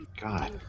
God